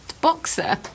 Boxer